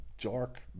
dark